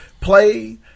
play